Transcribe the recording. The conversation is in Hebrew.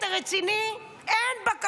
אתה רציני?